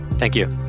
thank you.